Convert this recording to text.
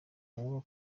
ngombwa